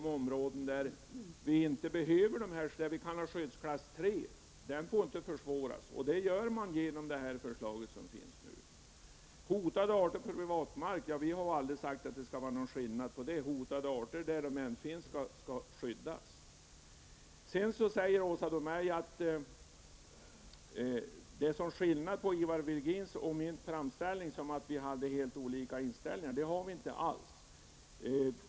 Genom det föreliggande förslaget försvåras markanvändningen även på sådana områden. Vi har vidare inte föreslagit att det skall vara någon skillnad i skyddet för hotade arter på privat mark och på annan mark. Var hotade arter än finns skall de skyddas. Åsa Domeij säger vidare att det är stor skillnad mellan Ivar Virgins och min framställning, och hon gjorde gällande att vi skulle ha helt olika uppfattningar. Det har vi inte alls.